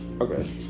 Okay